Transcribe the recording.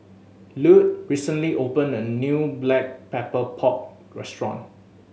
Lute recently opened a new Black Pepper Pork restaurant